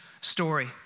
story